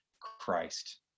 Christ